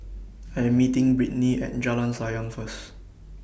I Am meeting Brittny At Jalan Sayang First